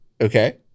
okay